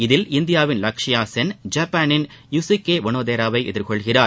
இதில் இந்தியாவின் லக்ஷயா சென் ஜப்பாளின் யூசுகே ஒனோதேராவை எதிர்கொள்கிறார்